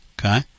okay